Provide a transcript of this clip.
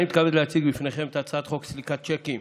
אני מתכבד להציג לפניכם את הצעת חוק סליקת שיקים